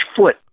foot